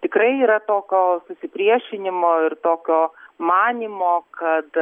tikrai yra tokio susipriešinimo ir tokio manymo kad